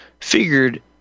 figured